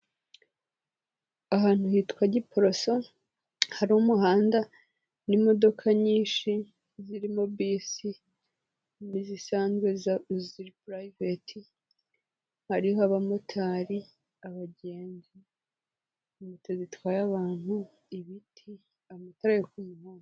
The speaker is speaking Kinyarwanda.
ahantu hitwa giporoso hari umuhanda n'imodoka nyinshi zirimo bisi n'izisanzwe za purayiveti hariho abamotari abagenzi moto zitwaye abantu ibiti amatara yo kumuhanda.